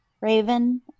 Raven